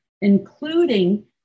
including